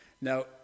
Now